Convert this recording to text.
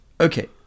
Okay